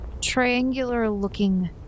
triangular-looking